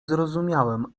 zrozumiałem